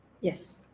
Yes